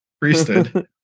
priesthood